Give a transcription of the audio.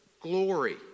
glory